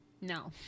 No